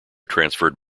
transferred